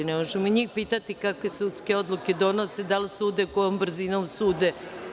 Ne možemo njih pitati kakve sudske odluke donose, da li sude, kojom brzinom sude.